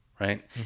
Right